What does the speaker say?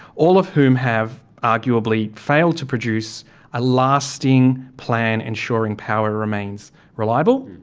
all of whom have arguably failed to produce a lasting plan ensuring power remains reliable,